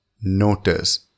Notice